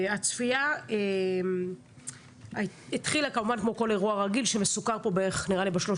הצפייה התחילה כמובן כמו כל אירוע רגיל שמסוקר פה בערך ב-30